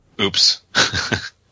oops